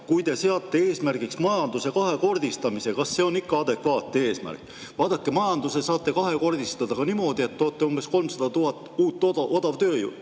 kui te seate eesmärgiks majanduse kahekordistamise, kas see on ikka adekvaatne eesmärk? Vaadake, majandust saate kahekordistada ka niimoodi, et toote odavtööjõuna 300 000 uut töötajat